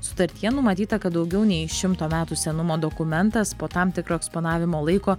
sutartyje numatyta kad daugiau nei šimto metų senumo dokumentas po tam tikro eksponavimo laiko